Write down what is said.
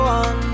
on